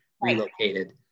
relocated